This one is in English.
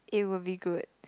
it will be good